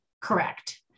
Correct